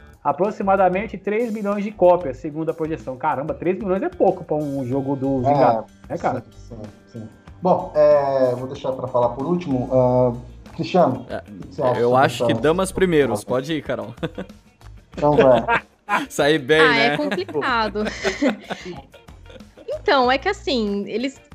Aproximadamente três milhões de cópias, segundo a projeção. Caramba, três milhões é pouco pra um jogo do Vingadores, É, né, cara? sim, sim, sim. Bom, eh, vou deixar pra falar por último, ah, Cristiano, É, o que que você eh, acha eu sobre acho que essa- damas primeiros, pode ir, Carol. Então vai. Saí bem, Ah, é né? complicado. Então, é que assim, eles-